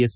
S